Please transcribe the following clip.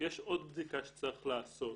יש עוד בדיקה שצריך לעשות,